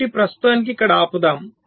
కాబట్టి ప్రస్తుతానికి ఇక్కడ ఆపుదాం